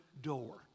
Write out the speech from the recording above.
door